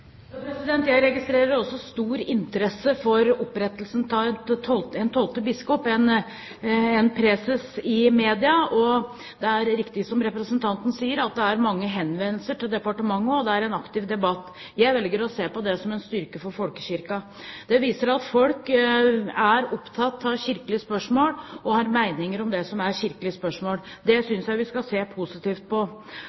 Jeg registrerer også en stor interesse for opprettelsen av en tolvte biskop, en preses, i media, og det er riktig som representanten sier, at det er mange henvendelser til departementet, og det er en aktiv debatt. Jeg velger å se på det som en styrke for folkekirken. Det viser at folk er opptatt av kirkelige spørsmål, og har meninger om det som er kirkelige spørsmål. Det